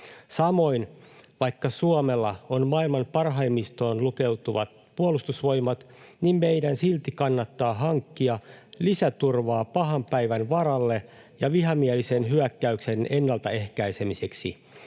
Samoin, vaikka Suomella on maailman parhaimmistoon lukeutuvat puolustusvoimat, meidän silti kannattaa hankkia lisäturvaa pahan päivän varalle ja vihamielisen hyökkäyksen ennaltaehkäisemiseksi.